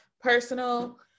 personal